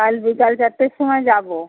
কাল বিকাল চারটের সময় যাবো